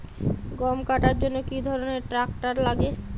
গম কাটার জন্য কি ধরনের ট্রাক্টার লাগে?